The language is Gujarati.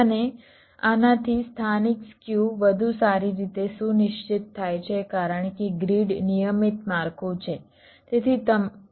અને આનાથી સ્થાનિક સ્ક્યુ વધુ સારી રીતે સુનિશ્ચિત થાય છે કારણ કે ગ્રીડ નિયમિત માળખું છે